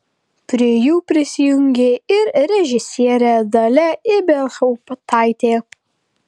prie jų prisijungė ir režisierė dalia ibelhauptaitė